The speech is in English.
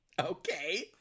Okay